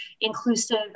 inclusive